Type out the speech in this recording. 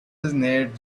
nate